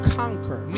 conquer